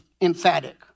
emphatic